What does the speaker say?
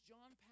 John